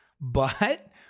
but-